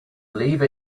leave